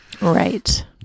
Right